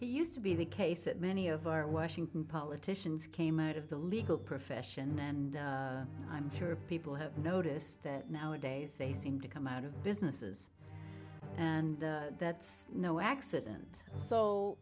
he used to be the case that many of our washington politicians came out of the legal profession and i'm sure people have noticed that nowadays they seem to come out of businesses and that's no accident so